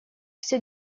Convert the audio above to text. все